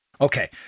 Okay